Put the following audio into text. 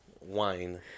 wine